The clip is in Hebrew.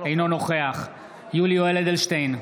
אינו נוכח יולי יואל אדלשטיין,